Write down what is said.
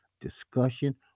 discussion